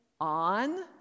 on